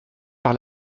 par